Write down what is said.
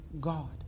God